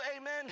amen